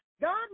God